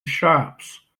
shops